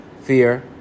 fear